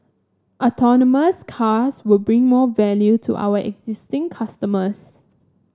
autonomous cars will bring more value to our existing customers